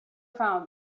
found